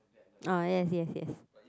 oh yes yes yes